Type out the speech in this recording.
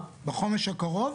בחומש הקרוב?